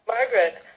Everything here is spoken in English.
Margaret